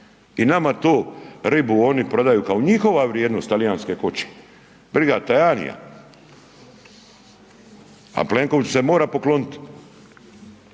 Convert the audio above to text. I nama tu ribu oni prodaju kao njihova vrijednog talijanske koće. Briga Tajanija, a Plenković se mora poklonit,